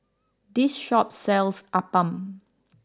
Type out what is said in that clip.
this shop sells Appam